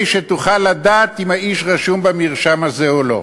שתוכל לדעת אם האיש רשום במרשם הזה או לא.